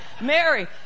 Mary